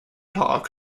park